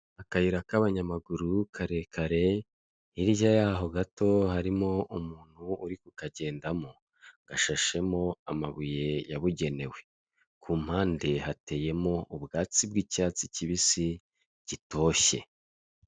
Akayira k'abanyamaguru karekare, hirya y'aho gato harimo umuntu uri kukagendamo, gashashemo amabuye yabugenewe, ku mpande hateyemo ubwatsi bw'icyatsi kibisi gitoshye.